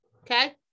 Okay